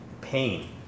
Pain